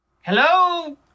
Hello